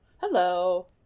Hello